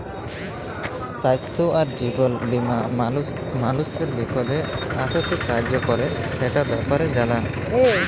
স্বাইস্থ্য আর জীবল বীমা মালুসের বিপদে আথ্থিক সাহায্য ক্যরে, সেটর ব্যাপারে জালা